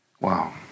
Wow